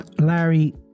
Larry